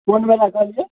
कोन बाबा कहलियै